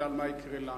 אלא על מה יקרה לנו.